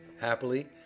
Happily